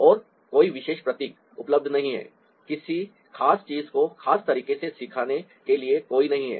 और कोई विशेष प्रतीक उपलब्ध नहीं है किसी खास चीज को खास तरीके से सिखाने के लिए कोई नहीं है